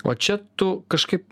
o čia tu kažkaip